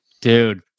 Dude